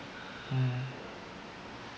mm